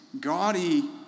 gaudy